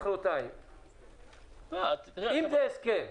אם זה הסכם,